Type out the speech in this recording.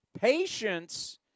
Patience